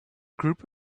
group